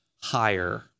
higher